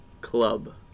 club